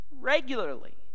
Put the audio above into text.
regularly